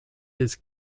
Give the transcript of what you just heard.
his